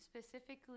specifically